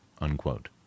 Unquote